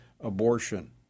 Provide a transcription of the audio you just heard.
abortion